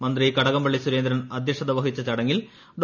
മന്ത്രി കടകംപള്ളി സുരേന്ദ്രൻ അദ്ധ്യക്ഷത വഹിച്ച ചടങ്ങിൽ ഡോ